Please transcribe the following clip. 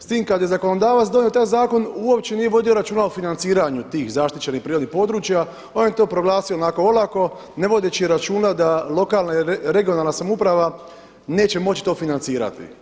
S time kada je zakonodavac donio taj zakon uopće nije vodio računa o financiranju tih zaštićenih prirodnih područja, on je to proglasio onako olako ne vodeći računa da lokalna i regionalna samouprava neće moći to financirati.